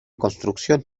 construcción